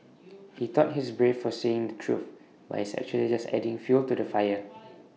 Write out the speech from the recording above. he thought he's brave for saying the truth but he's actually just adding fuel to the fire